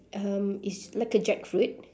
um it's like a jackfruit